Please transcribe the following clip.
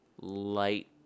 light